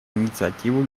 инициативу